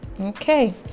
Okay